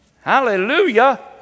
Hallelujah